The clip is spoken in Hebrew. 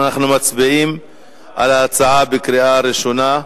אנחנו מצביעים על ההצעה בקריאה ראשונה.